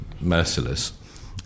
merciless